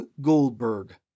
Goldberg